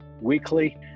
Weekly